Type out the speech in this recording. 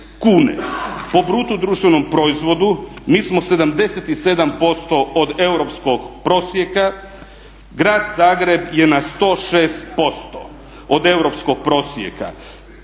kune. Po bruto društvenom proizvodu mi smo 77% od europskog prosjeka. Grad Zagreb je na 106% od europskog prosjeka,